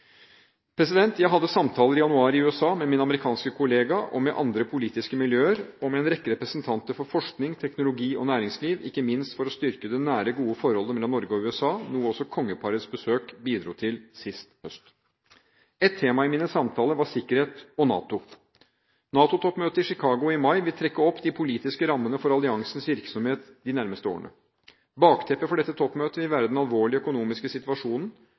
Jeg hadde samtaler i januar i USA med min amerikanske kollega og med andre politiske miljøer og med en rekke representanter for forskning, teknologi og næringsliv – ikke minst for å styrke det nære, gode forholdet mellom Norge og USA, noe også kongeparets besøk bidro til sist høst. Ett tema i mine samtaler var sikkerhet og NATO. NATO-toppmøtet i Chicago i mai vil trekke opp de politiske rammene for alliansens virksomhet de nærmeste årene. Bakteppet for dette toppmøtet vil være den alvorlige økonomiske situasjonen